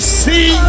see